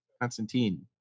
Constantine